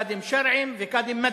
קאדים שרעיים וקאדים מד'הב.